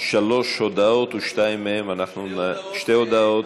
שלוש הודעות, בשתיים מהן אנחנו, שתי הודעות,